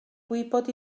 gwybod